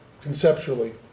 conceptually